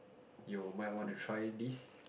you might want to try this